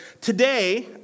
Today